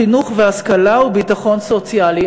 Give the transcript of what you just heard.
חינוך והשכלה וביטחון סוציאלי.